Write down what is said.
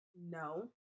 no